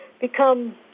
become